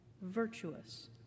virtuous